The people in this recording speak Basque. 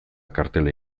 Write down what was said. kartela